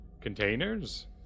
containers